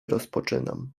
rozpoczynam